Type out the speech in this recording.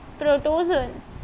protozoans